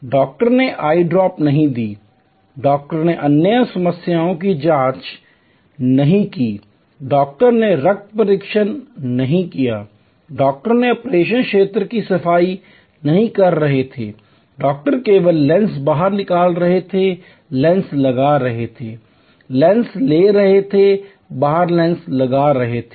doctor ने eye drop नहीं दी डॉक्टर ने अन्य समस्याओं की जाँच नहीं की डॉक्टर ने रक्त परीक्षण नहीं किया डॉक्टर ऑपरेशन क्षेत्र की सफाई नहीं कर रहे थे डॉक्टर केवल लेंस बाहर निकाल रहे थे लेंस लगा रहे थे लेंस ले रहे थे बाहर लेंस लगा रहे थे